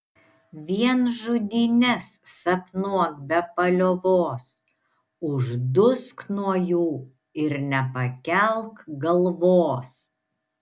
vien žudynes sapnuok be paliovos uždusk nuo jų ir nepakelk galvos